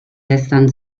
lästern